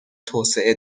توسعه